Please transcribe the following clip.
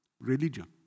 Religion